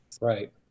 Right